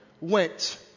went